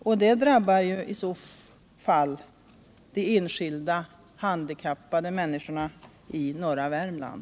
Det drabbar i så fall de enskilda handikappade människorna i norra Värmland.